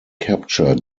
capture